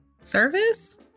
Service